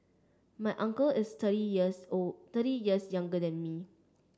my uncle is thirty years old thirty years younger than me